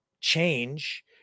change